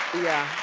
yeah.